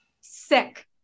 sick